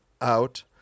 out